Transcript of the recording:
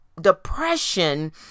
depression